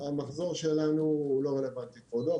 המחזור שלנו הוא לא רלוונטי כבודו.